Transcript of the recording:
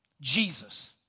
Jesus